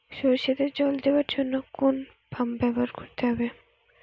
সরষেতে জল দেওয়ার জন্য কোন পাম্প ব্যবহার করতে হবে?